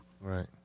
Right